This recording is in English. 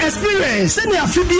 Experience